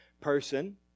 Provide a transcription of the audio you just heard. person